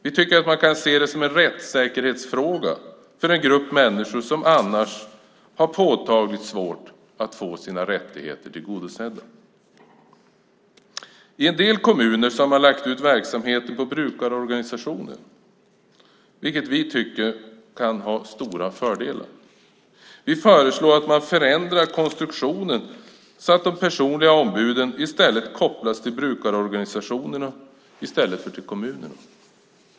Det kan ses som en rättssäkerhetsfråga för en grupp människor som annars har påtagligt svårt att få sina rättigheter tillgodosedda. I en del kommuner har man lagt ut verksamheten på brukarorganisationer, vilket vi tycker kan ha stora fördelar. Vi föreslår att man förändrar konstruktionen, så att de personliga ombuden kopplas till brukarorganisationerna i stället för till kommunerna.